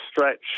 stretch